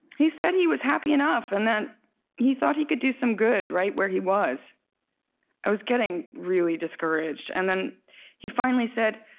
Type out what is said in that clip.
he said he was happy enough and that he thought he could do some good, right where he was i was getting really discouraged, and then he finally said,